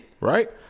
right